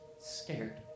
scared